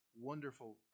wonderful